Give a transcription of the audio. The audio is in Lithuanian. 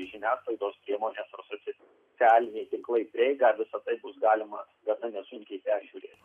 žiniasklaidos priemonės socialiniai tinklai prieigą visa tai bus galima gana nesunkiai peržiūrėt